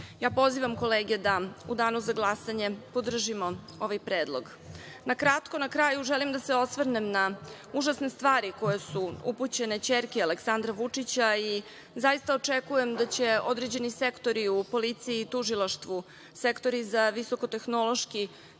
Ja pozivam kolege da u danu za glasanje podržimo ovaj predlog. Na kratko na kraju želim da se osvrnem na užasne stvari koje su upućene ćerki Aleksandra Vučića i zaista očekujem da će određeni sektori u policiji i tužilaštvu, sektori za visoko-tehnološki